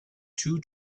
two